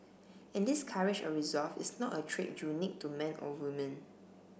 and this courage or resolve is not a trait unique to men or woman